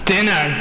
Dinner